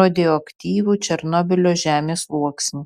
radioaktyvų černobylio žemės sluoksnį